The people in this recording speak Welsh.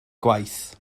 gwaith